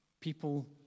people